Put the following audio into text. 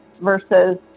versus